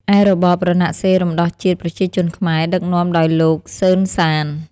ឯរបប រណសិរ្សរំដោះជាតិប្រជាជនខ្មែរ ដឹកនាំដោយលោក សឺន សាន ។